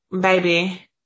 baby